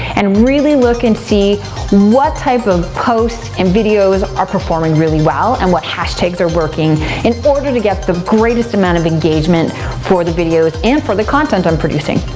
and really look and see what type of posts and videos are performing really well and what hashtags are working in order to get the greatest amount of engagement for the videos, and for the content i'm producing.